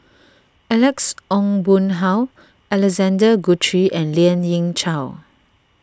Alex Ong Boon Hau Alexander Guthrie and Lien Ying Chow